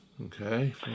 Okay